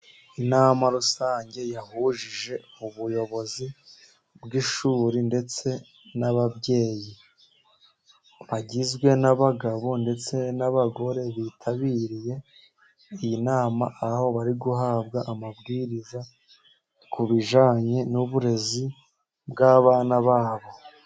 Inama rusange yahujije ubuyobozi bw'ishuri ndetse n'ababyeyi, bagizwe n'abagabo ndetse n'abagore bitabiriye iyi nama, aho bari guhabwa amabwiriza ku bijyanye n'uburezi bw'abana babo.